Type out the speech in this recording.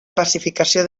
pacificació